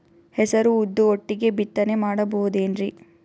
ಹೆಸರು ಉದ್ದು ಒಟ್ಟಿಗೆ ಬಿತ್ತನೆ ಮಾಡಬೋದೇನ್ರಿ?